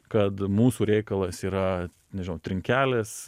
kad mūsų reikalas yra nežinau trinkelės